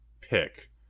pick